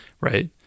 right